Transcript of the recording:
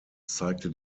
zeigte